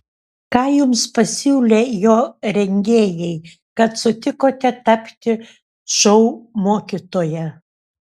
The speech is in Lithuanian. ką jums pasiūlė jo rengėjai kad sutikote tapti šou mokytoja